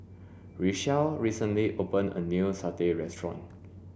Richelle recently opened a new satay restaurant